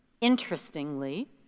Interestingly